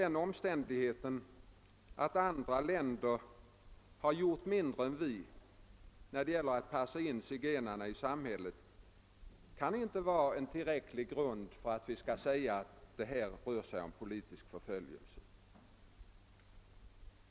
Den omständigheten att andra länder har gjort mindre än vi då det gäller att anpassa zigenarna i samhället kan emellertid inte vara en tillräcklig grund för att påstå att det här rör sig om Politisk förföljelse.